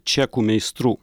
čekų meistrų